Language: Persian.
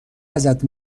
ازت